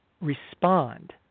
respond